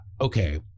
okay